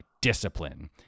discipline